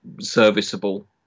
serviceable